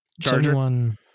Charger